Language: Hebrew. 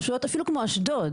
רשויות אפילו כמו אשדוד,